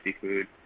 food